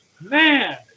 man